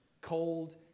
cold